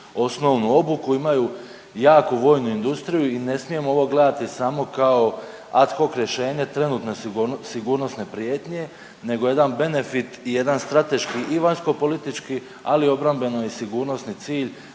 osnovnu obuku, imaju jaku vojnu industriju i ne smijemo ovo gledati samo kao ad hoc rješenje trenutne sigurnosne prijetnje nego jedan benefit i jedan strateški i vanjskopolitički, ali i obrambeno i sigurnosni cilj